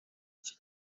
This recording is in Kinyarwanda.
iki